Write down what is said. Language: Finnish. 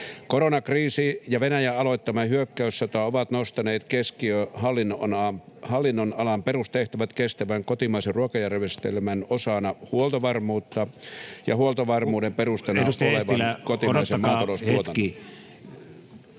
Koronakriisi ja Venäjän aloittama hyökkäyssota ovat nostaneet keskiöön hallinnonalan perustehtävät: kestävän kotimaisen ruokajärjestelmän osana huoltovarmuutta ja huoltovarmuuden perustana olevan kotimaisen maataloustuotannon.